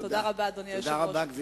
גברתי היושבת-ראש, תודה רבה.